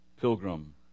Pilgrim